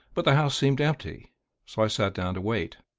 but the house seemed empty so i sat down to wait.